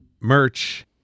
merch